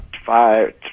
Five